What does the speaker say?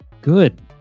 good